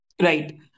Right